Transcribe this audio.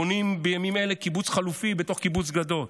בונים בימים אלה קיבוץ חלופי בתוך קיבוץ גדות,